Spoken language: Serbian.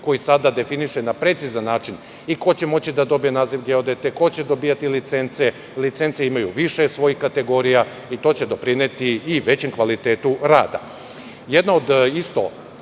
koji sada definiše na precizan način i ko će moći da dobije naziv geodete, koji će dobijati licence. Licence imaju više svojih kategorija i to će doprineti i većem kvaliteta